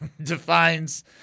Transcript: defines